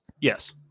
Yes